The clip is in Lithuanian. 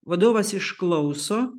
vadovas išklauso